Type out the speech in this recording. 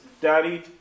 daddy